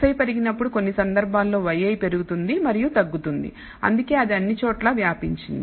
xi పెరిగినప్పుడు కొన్ని సందర్భాల్లో yi పెరుగుతుంది మరియు తగ్గుతుంది అందుకే అది అన్ని చోట్ల వ్యాపించింది